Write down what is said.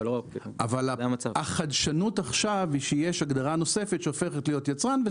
אבל החדשנות עכשיו היא שיש הגדרה נוספת שהופכת להיות יצרן וספק.